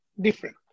different